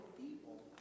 people